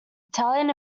italian